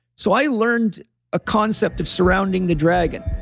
so i learned a concept of surrounding the dragon.